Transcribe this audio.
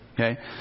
Okay